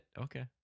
okay